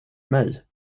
mig